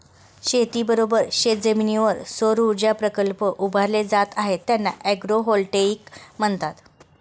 शेतीबरोबरच शेतजमिनीवर सौरऊर्जा प्रकल्प उभारले जात आहेत ज्यांना ॲग्रोव्होल्टेईक म्हणतात